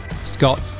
Scott